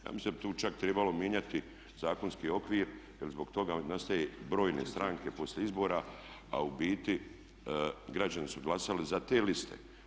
Ja mislim da bi tu čak trebalo mijenjati zakonski okvir, jer zbog toga nastaje brojne stranke poslije izbora, a u biti građani su glasali za te liste.